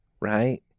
Right